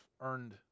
earned